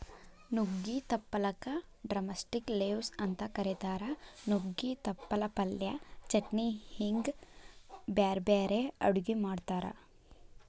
ನುಗ್ಗಿ ತಪ್ಪಲಕ drumstick leaves ಅಂತ ಕರೇತಾರ, ನುಗ್ಗೆ ತಪ್ಪಲ ಪಲ್ಯ, ಚಟ್ನಿ ಹಿಂಗ್ ಬ್ಯಾರ್ಬ್ಯಾರೇ ಅಡುಗಿ ಮಾಡ್ತಾರ